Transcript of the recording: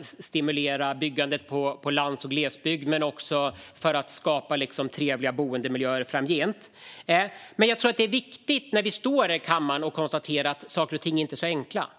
stimulera byggandet på landsbygd och i glesbygd och för att skapa trevliga boendemiljöer framgent. Det är dock viktigt när vi står här i kammaren att konstatera att saker och ting inte är så enkla.